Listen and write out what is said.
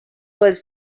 was